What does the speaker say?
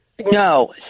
No